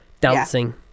dancing